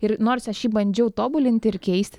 ir nors aš jį bandžiau tobulinti ir keisti